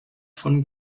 von